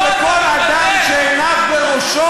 אבל לכל אדם שעיניו בראשו